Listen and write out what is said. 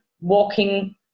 walking